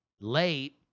late